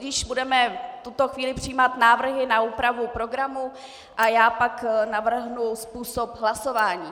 Tudíž budeme v tuto chvíli přijímat návrhy na úpravu programu a já pak navrhnu způsob hlasování.